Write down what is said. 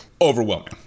overwhelming